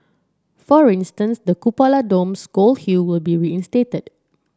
for instance the cupola dome's gold hue will be reinstated